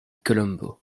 colombo